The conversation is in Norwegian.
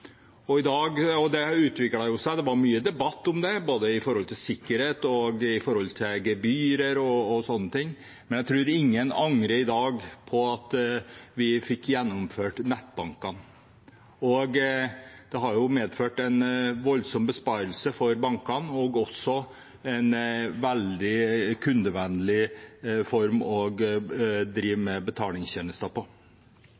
sikkerhet, gebyrer og sånne ting. Men jeg tror ingen i dag angrer på at vi fikk gjennomført nettbankene. Det har medført en voldsom besparelse for bankene, og det er også en veldig kundevennlig form med tanke på betalingstjenester. Men så er det selvfølgelig noen – og